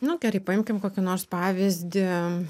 nu gerai paimkim kokį nors pavyzdį